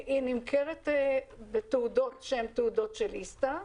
היא נמכרת בתעודות שהן תעודות של ISTA,